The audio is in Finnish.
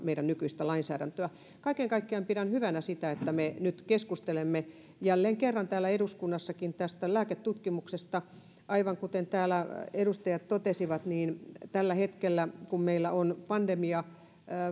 meidän nykyistä lainsäädäntöämme muokkaamaan kaiken kaikkiaan pidän hyvänä sitä että me nyt keskustelemme jälleen kerran täällä eduskunnassakin tästä lääketutkimuksesta aivan kuten täällä edustajat totesivat niin tällä hetkellä kun meillä on pandemia